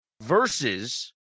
versus